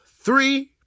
three